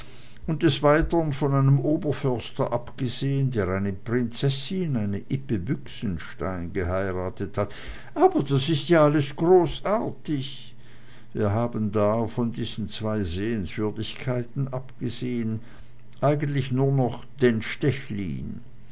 und des weiteren von einem oberförster abgesehen der eine prinzessin eine ippe büchsenstein geheiratet hat aber das ist ja alles großartig wir haben da von diesen zwei sehenswürdigkeiten abgesehen eigentlich nur noch den